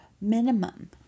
minimum